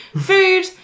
food